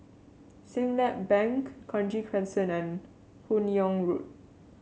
Siglap Bank Kranji Crescent and Hun Yeang Road